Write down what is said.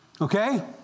Okay